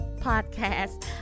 podcast